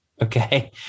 Okay